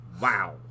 Wow